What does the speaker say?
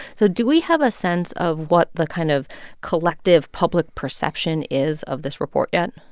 so do we have a sense of what the kind of collective public perception is of this report yet?